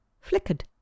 flickered